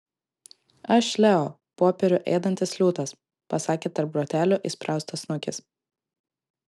aš leo popierių ėdantis liūtas pasakė tarp grotelių įspraustas snukis